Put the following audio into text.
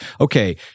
okay